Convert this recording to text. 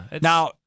Now